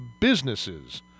businesses